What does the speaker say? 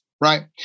right